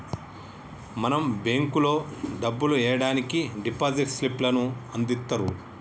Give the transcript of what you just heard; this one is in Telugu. మనం బేంకులో డబ్బులు ఎయ్యడానికి డిపాజిట్ స్లిప్ లను అందిత్తుర్రు